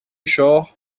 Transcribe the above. شاه